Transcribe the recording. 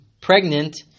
pregnant